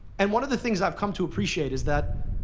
and one of the things i've come to appreciate is that